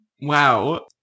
Wow